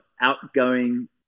outgoing